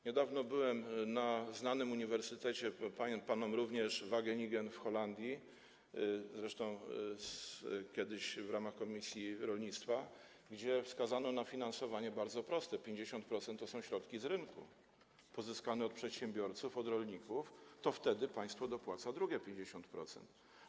Niedawno byłem na znanym paniom, panom również, uniwersytecie w Wageningen w Holandii, zresztą kiedyś w ramach komisji rolnictwa, gdzie wskazano na finansowanie bardzo proste, że 50% to są środki z rynku, pozyskane od przedsiębiorców, od rolników i wtedy państwo dopłaca drugie 50%.